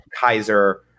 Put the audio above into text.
Kaiser